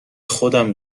خودم